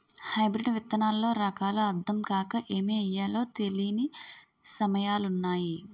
hybrid విత్తనాల్లో రకాలు అద్దం కాక ఏమి ఎయ్యాలో తెలీని సమయాలున్నాయి